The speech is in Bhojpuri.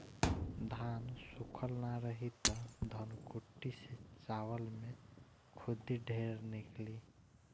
धान सूखल ना रही त धनकुट्टी से चावल में खुद्दी ढेर निकली